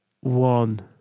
One